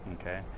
Okay